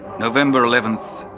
november eleventh,